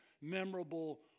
memorable